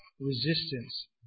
resistance